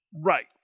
Right